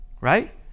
Right